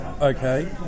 Okay